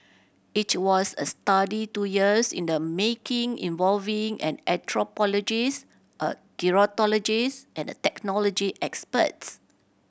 it was a study two years in the making involving an anthropologist a gerontologist and technology experts